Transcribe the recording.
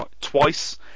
twice